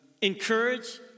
encourage